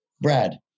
Brad